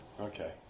Okay